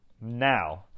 Now